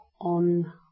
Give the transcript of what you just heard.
on